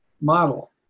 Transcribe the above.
model